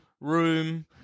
room